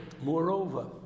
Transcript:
Moreover